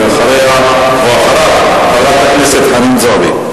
אחריו, חברת הכנסת חנין זועבי.